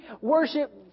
worship